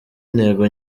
intego